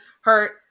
hurt